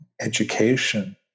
education